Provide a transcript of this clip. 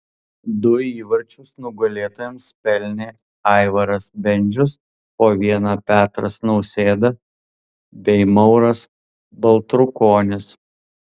du įvarčius nugalėtojams pelnė aivaras bendžius po vieną petras nausėda bei mauras baltrukonis